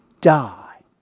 die